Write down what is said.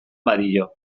badio